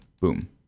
Boom